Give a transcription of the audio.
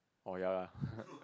oh ya lah